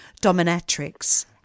dominatrix